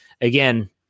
again